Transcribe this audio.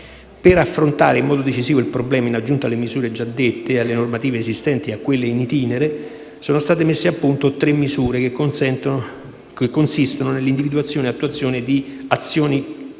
Per affrontare in modo decisivo il problema, in aggiunta alle misure già dette, alle normative esistenti e a quelle *in itinere*, sono state messe a punto tre misure che consistono nell'individuazione e attuazione di azioni mirate